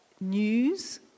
news